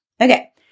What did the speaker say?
Okay